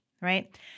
right